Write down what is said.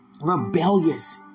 rebellious